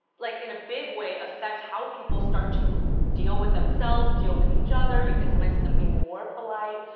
like in a big way affect how people start to deal with themselves, deal with each other, you can sometimes see them being more polite,